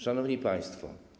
Szanowni Państwo!